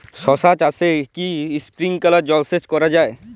শশা চাষে কি স্প্রিঙ্কলার জলসেচ করা যায়?